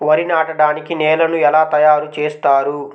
వరి నాటడానికి నేలను ఎలా తయారు చేస్తారు?